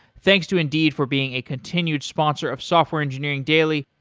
thanks to indeed for being a continued sponsor of software engineering daily.